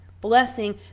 blessing